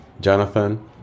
Jonathan